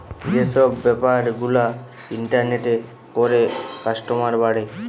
যে সব বেপার গুলা ইন্টারনেটে করে কাস্টমার বাড়ে